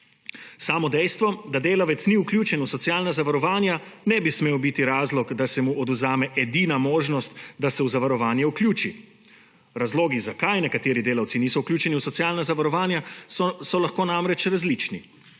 Samo dejstvo, da delavec ni vključen v socialna zavarovanja, ne bi smel biti razlog, da se mu odvzame edina možnost, da se v zavarovanje vključi. Razlogi, zakaj nekateri delavci niso vključeni v socialna zavarovanja, so lahko namreč različni.